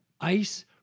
ice